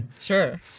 Sure